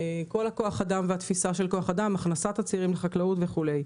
עובדים, הכנסת צעירים וכולי.